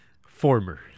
former